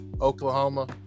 Oklahoma